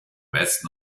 west